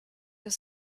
aus